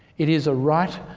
it is a right